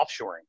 offshoring